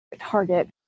Target